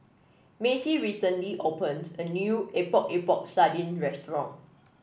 Macie recently opened a new Epok Epok Sardin restaurant